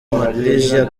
malaysia